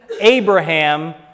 Abraham